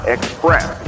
Express